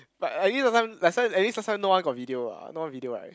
but at least last time last time at least last time no one got video what no one video right